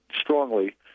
strongly